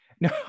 no